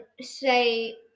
say